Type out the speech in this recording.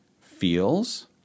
feels